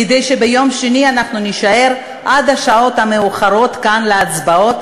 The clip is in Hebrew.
כדי שביום שני אנחנו נישאר עד השעות המאוחרות כאן להצבעות,